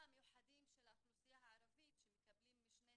ון עניין ייצוג הערבים במועצה ולשקול